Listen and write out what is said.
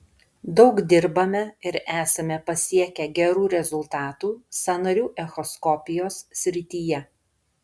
daug dirbame ir esame pasiekę gerų rezultatų sąnarių echoskopijos srityje